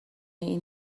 این